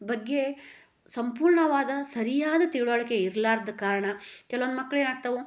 ಬಗ್ಗೆ ಸಂಪೂರ್ಣವಾದ ಸರಿಯಾದ ತಿಳುವಳಿಕೆ ಇರಲಾರ್ದ ಕಾರಣ ಕೆಲ್ವೊಂದು ಮಕ್ಳೇನಾಗ್ತಾವೆ